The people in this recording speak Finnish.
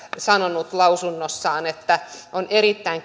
sanonut lausunnossaan että on erittäin